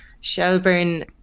Shelburne